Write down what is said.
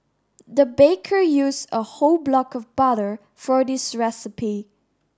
the baker used a whole block of butter for this recipe